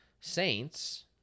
saints